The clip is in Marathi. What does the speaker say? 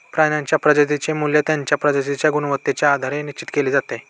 प्राण्यांच्या प्रजातींचे मूल्य त्यांच्या प्रजातींच्या गुणवत्तेच्या आधारे निश्चित केले जाते